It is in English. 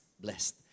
blessed